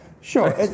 Sure